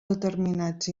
determinats